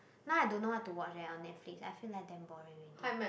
now I don't know what to watch eh on Netflix I feel like damn boring already